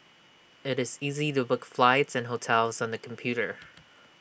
IT is easy to book flights and hotels on the computer